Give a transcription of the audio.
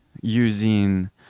using